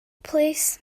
plîs